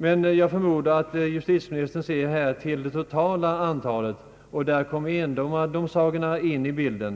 Men jag förmodar att justitieministern i sitt uttalande avsåg det totala antalet domsagor, och här kommer endomardomsagornpa in i bilden.